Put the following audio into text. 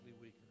weaker